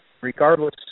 regardless